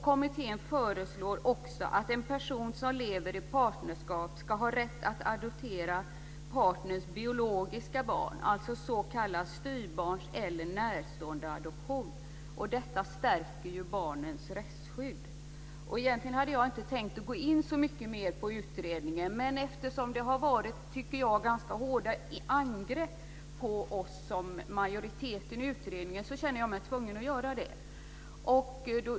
Kommittén föreslår också att en person som lever i partnerskap ska ha rätt att adoptera partnerns biologiska barn, alltså s.k. styvbarns eller närståendeadoption. Detta stärker barnens rättsskydd. Egentligen hade jag inte tänkt att gå in mera på utredningen, men eftersom det har förekommit ganska hårda angrepp på oss i utredningens majoritet känner jag mig tvingad att göra det.